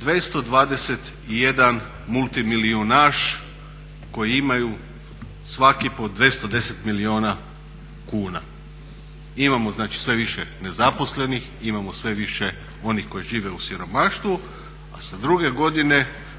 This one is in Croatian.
221 multimilijunaš koji imaju svaki po 210 milijuna kuna. Imamo znači sve više nezaposlenih, imamo sve više onih koji žive u siromaštvu a